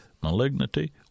malignity